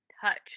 touch